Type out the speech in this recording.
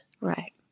right